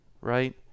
right